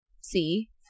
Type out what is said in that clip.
See